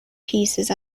pieces